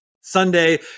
Sunday